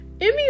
emmy